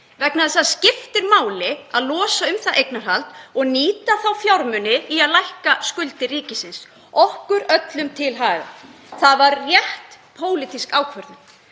vegna þess að það skiptir máli að losa um það eignarhald og nýta þá fjármuni í að lækka skuldir ríkisins, okkur öllum til hagsbóta. Það var rétt pólitísk ákvörðun.